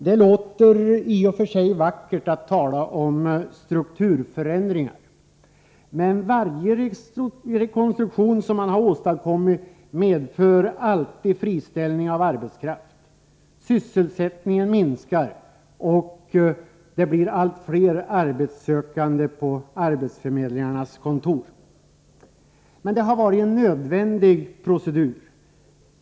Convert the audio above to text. Det låter visserligen vackert att tala om strukturförändringar, men varje rekonstruktion medför alltid friställning av arbetskraft. Sysselsättningen minskar, och det blir allt fler arbetssökande på arbetsförmedlingarnas kontor. Det har emellertid varit en nödvändig procedur.